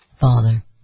Father